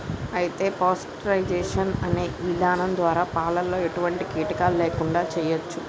అయితే పాస్టరైజేషన్ అనే ఇధానం ద్వారా పాలలో ఎటువంటి కీటకాలు లేకుండా చేయచ్చు